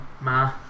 Ma